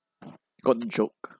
got the joke